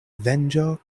venĝo